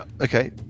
okay